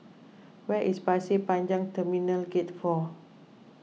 where is Pasir Panjang Terminal Gate four